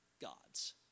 God's